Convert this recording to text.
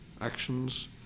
actions